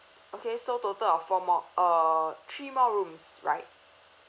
okay so total of four more uh three more rooms right